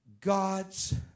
God's